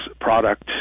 product